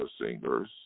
singers